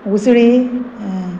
उसळी